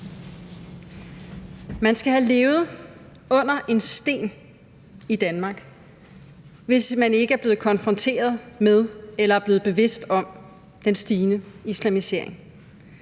Man skal have levet under en sten i Danmark, hvis man ikke er blevet konfronteret med eller er blevet bevidst om den stigende islamisering.